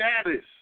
status